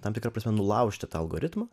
tam tikra prasme nulaužti tą algoritmą